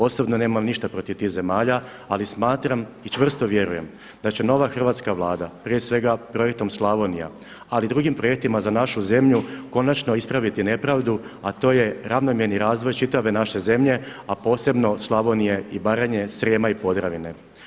Osobno nema ništa protiv tih zemalja, ali smatram i čvrsto vjerujem da će nova Hrvatska vlada prije svega projektom Slavonija ali i drugim projektima za našu zemlju konačno ispraviti nepravdu a to je ravnomjerni razvoj čitave naše zemlje a posebno Slavonije i Baranje, Srijema i Podravine.